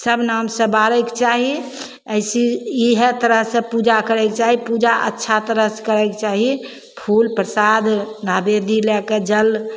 सब नामसे बारैके चाही अइसे इएह तरहसे पूजा करैके चाही पूजा अच्छा तरहसे करैके चाही फूल परसाद नैवेद्यी लैके जल